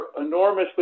enormously